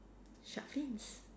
shark fins